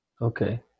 Okay